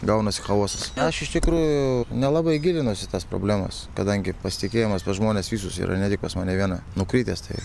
gaunasi chaosas aš iš tikrųjų nelabai gilinuosi į tas problemas kadangi pasitikėjimas pas žmones visus yra ne tik pas mane vieną nukritęs tai